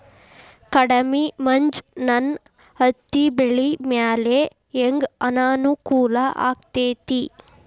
ಕಡಮಿ ಮಂಜ್ ನನ್ ಹತ್ತಿಬೆಳಿ ಮ್ಯಾಲೆ ಹೆಂಗ್ ಅನಾನುಕೂಲ ಆಗ್ತೆತಿ?